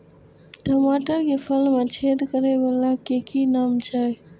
टमाटर के फल में छेद करै वाला के कि नाम छै?